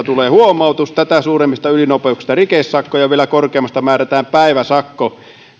tulee huomautus tätä suuremmista ylinopeuksista rikesakko ja vielä korkeammista määrätään päiväsakko